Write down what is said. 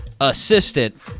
assistant